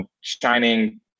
shining